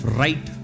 right